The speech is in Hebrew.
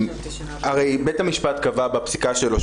הרי בית המשפט קבע בפסיקה שלו,